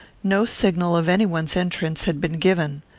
no signal of any one's entrance had been given.